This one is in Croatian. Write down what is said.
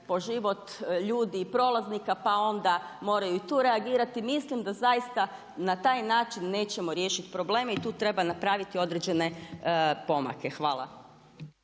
po život ljudi i prolaznika pa onda moraju i tu reagirati. Mislim da zaista na taj način nećemo riješiti probleme i tu treba napraviti određene pomake. Hvala.